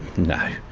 no,